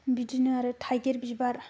बिदिनो आरो थाइगिर बिबार